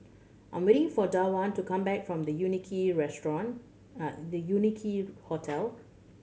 I'm waiting for Dawna to come back from The Quincy Restaurant The Quincy Hotel